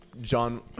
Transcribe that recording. John